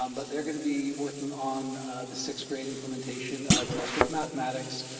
um but they're gonna be working on the sixth grade implementation of illustrative mathematics,